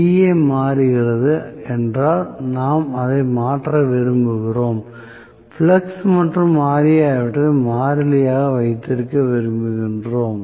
Va மாறுகிறது என்றால் நாம் அதை மாற்ற விரும்புகிறோம் ஃப்ளக்ஸ் மற்றும் Ra ஆகியவற்றை மாறிலிகளாக வைத்திருக்க விரும்புகிறோம்